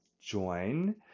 join